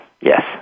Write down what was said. Yes